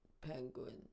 Penguin